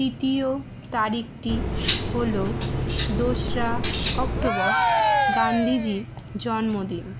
তৃতীয় তারিখটি হল দোসরা অক্টোবর গান্ধীজির জন্মদিন